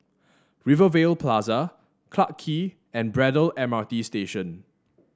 Rivervale Plaza Clarke Quay and Braddell M R T Station